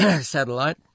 satellite